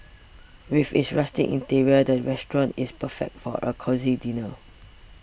with its rustic interior the restaurant is perfect for a cosy dinner